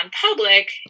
public